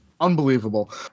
Unbelievable